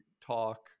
talk